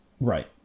Right